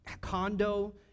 condo